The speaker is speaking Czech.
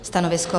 Stanovisko?